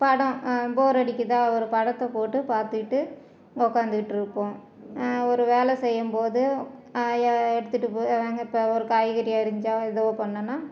படம் போர் அடிக்கிறதா ஒரு படத்தை போட்டு பார்த்துக்கிட்டு உக்காந்துக்கிட்ருப்போம் ஒரு வேலை செய்யும்போதும் எடுத்துகிட்டு போ அதாங்க இப்போ ஒரு காய்கறி அரிஞ்சால் எதோ பண்ணோம்ன்னா